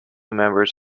members